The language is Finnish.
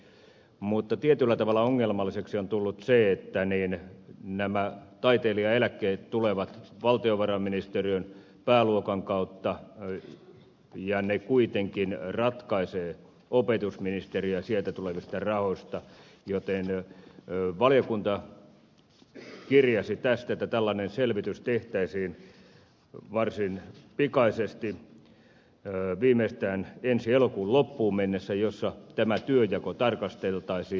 mutta tietyllä tavalla ongelmalliseksi on tullut se että nämä taiteilijaeläkkeet tulevat valtiovarainministeriön pääluokan kautta ja ne kuitenkin ratkaisee opetusministeriö ja sieltä tulevista rahoista joten valiokunta kirjasi tästä että varsin pikaisesti tehtäisiin tällainen selvitys viimeistään ensi elokuun loppuun mennessä jossa tämä työnjako tarkasteltaisiin